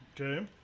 Okay